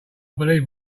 believe